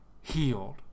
healed